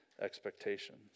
expectations